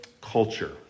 Culture